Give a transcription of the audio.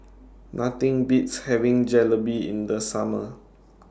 Nothing Beats having Jalebi in The Summer